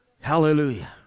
Hallelujah